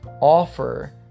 offer